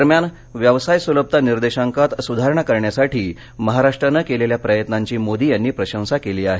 दरम्यान व्यवसाय सुलभता निर्देशांकात सुधारणा करण्यासाठी महाराष्ट्रानं केलेल्या प्रयत्नांची मोदी यांनी प्रशंसा केली आहे